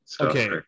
okay